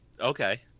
Okay